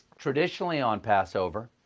traditionally, on passover,